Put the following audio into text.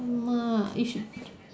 !alamak! it should